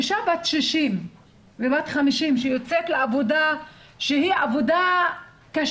אישה בת 60 או בת 50 שיוצאת לעבודה שהיא קשה,